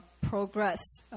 progress